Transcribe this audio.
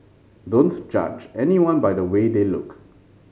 don't judge anyone by the way they look